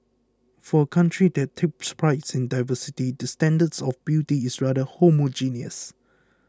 for a country that takes prides in diversity the standards of beauty is rather homogeneous